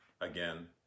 again